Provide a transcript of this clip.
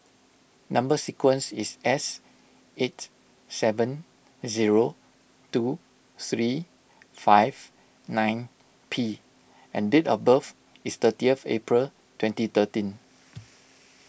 Number Sequence is S eight seven zero two three five nine P and date of birth is thirtieth April twenty thirteen